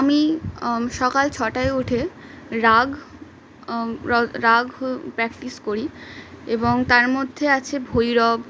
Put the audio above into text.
আমি সকাল ছটায় ওঠে রাগ রাগ প্র্যাকটিস করি এবং তার মধ্যে আছে ভৈরব